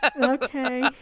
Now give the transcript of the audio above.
okay